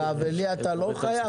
ולי אתה לא חייב?